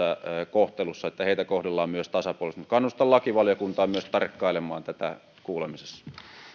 kohtelussa että heitä kohdellaan myös tasapuolisesti mutta kannustan myös lakivaliokuntaa tarkkailemaan tätä kuulemisessa